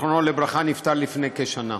נפטר לפני כשנה.